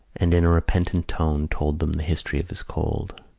and in a repentant tone told them the history of his cold.